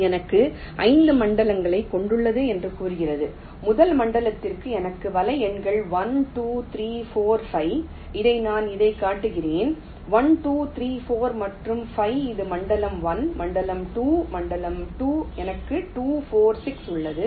இது எனக்கு 5 மண்டலங்களைக் கொண்டுள்ளது என்று கூறுகிறது முதல் மண்டலத்தில் எனக்கு வலை எண்கள் 1 2 3 4 5 இதை நான் இதைக் காட்டுகிறேன் 1 2 3 4 மற்றும் 5 இது மண்டலம் 1 மண்டலம் 2 மண்டலம் 2 எனக்கு 2 4 6 உள்ளது